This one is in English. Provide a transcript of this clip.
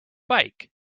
bike